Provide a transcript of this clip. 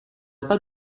pas